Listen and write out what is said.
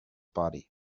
body